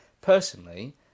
personally